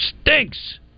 Stinks